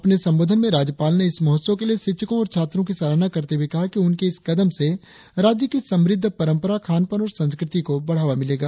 अपने संबोधन में राज्यपाल ने इस महोत्सव के लिए शिक्षको और छात्रों की सराहना करते हुए कहा कि उनके इस कदम से राज्य की समृद्ध परंपरा खानपान और संस्कृति को बढ़ावा मिलेगा